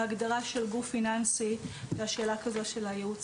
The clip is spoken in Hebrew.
ההגדרה של גוף פיננסי שאלה של הייעוץ